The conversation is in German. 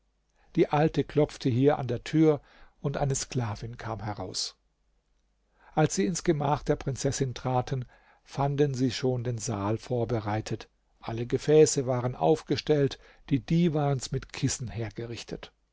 die alte klopfte hier an der tür und eine sklavin kam heraus als sie ins gemach der prinzessin traten fand sie schon den saal vorbereitet alle gefäße waren aufgestellt die divans mit kissen hergerichtet